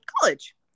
college